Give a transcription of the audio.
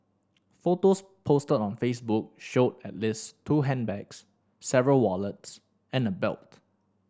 photos posted on Facebook showed at least two handbags several wallets and a belt